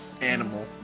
animal